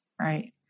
Right